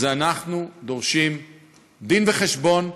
אז אנחנו דורשים דין-וחשבון,